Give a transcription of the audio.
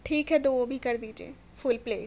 ٹھیک ہے تو وہ بھی کر دیجیے فل پلیٹ